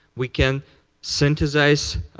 we can synthesize